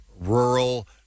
rural